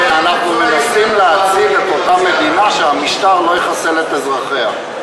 שאנחנו מנסים להציל את אותה מדינה שהמשטר לא יחסל את אזרחיה.